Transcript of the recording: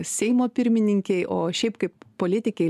seimo pirmininkei o šiaip kaip politikei